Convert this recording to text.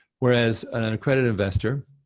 whereas an an accredited investor,